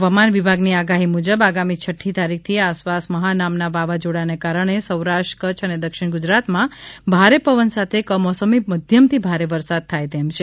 હવામાન વિભાગની આગાહી મુજબ આગામી છઠ્ઠી તારીખની આસપાસ મહા નામના વાવાઝોડાને કારણે સૌરાષ્ટ્ર કચ્છ અને દક્ષિણ ગુજરાતમાં ભારે પવન સાથે કમોસમી મધ્યમથી ભારે વરસાદથાય તેમ છે